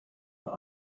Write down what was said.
for